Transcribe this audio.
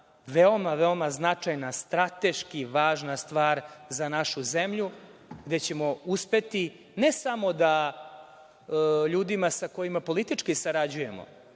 veoma, veoma značajna, strateški važna stvar za našu zemlju gde ćemo uspeti ne samo da ljudima sa kojima politički sarađujemo,